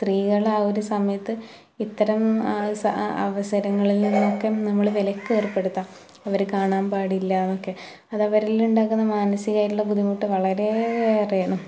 സ്ത്രീകളാവൊരു സമയത്ത് ഇത്തരം സം അവസരങ്ങളില് നിന്നൊക്കെ നമ്മളെ വിലക്കേര്പ്പെടുത്തുക അവർ കാണാന് പാടില്ലാ എന്നൊക്കെ അതവരിലുണ്ടാക്കുന്ന മാനസികമായിട്ടുള്ള ബുദ്ധിമുട്ട് വളരേയേറെയാണ്